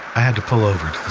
i had to pull over